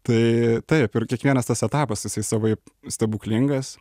tai taip ir kiekvienas tas etapas jisai savaip stebuklingas